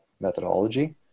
methodology